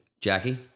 Jackie